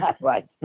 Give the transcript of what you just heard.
Right